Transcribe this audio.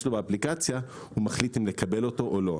לו באפליקציה הוא מחליט אם לקבל אותו או לא.